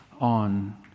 on